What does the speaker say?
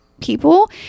people